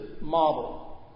model